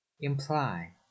Imply